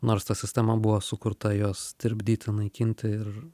nors ta sistema buvo sukurta juos tirpdyti naikinti ir